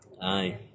Aye